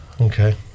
Okay